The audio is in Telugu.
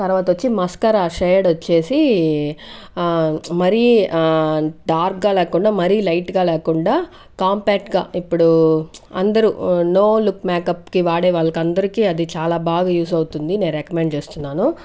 తర్వాత వచ్చి మస్కరా షేడ్ వచ్చేసి మరి డార్క్గా లేకుండా మరీ లైట్గా లేకుండా కాంపాక్ట్గా ఇప్పుడు అందరూ నో లుక్ మేకప్కి వాడే వాళ్ళందరికీ అది చాలా బాగా యూస్ అవుతుంది నేను రికమండ్ చేస్తున్నాను